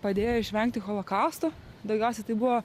padėjo išvengti holokausto daugiausia tai buvo